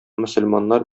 мөселманнар